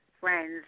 Friends